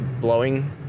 blowing